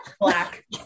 Black